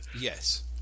Yes